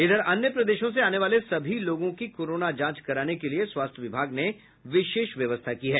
इधर अन्य प्रदेशों से आने वाले सभी लोगों की कोरोना जांच कराने के लिए स्वास्थ्य विभाग ने विशेष व्यवस्था की है